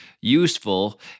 useful